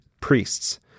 Priests